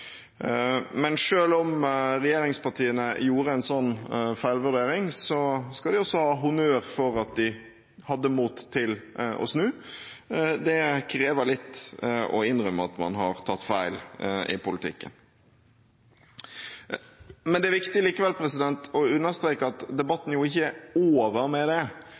Men selv om regjeringspartiene gjorde en sånn feilvurdering, skal de også ha honnør for at de hadde mot til å snu. Det krever litt å innrømme at man har tatt feil i politikken. Det er likevel viktig å understreke at debatten ikke er over med dette. Vi imøteser det